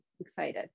Excited